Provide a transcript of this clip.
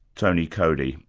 tony coady,